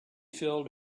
filled